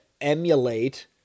emulate